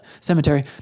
Cemetery